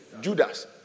Judas